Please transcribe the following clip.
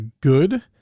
good